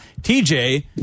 TJ